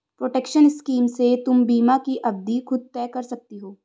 protection scheme से तुम बीमा की अवधि खुद तय कर सकती हो